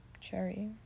cherry